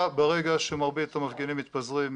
ברגע שמרבית המפגינים מתפזרים,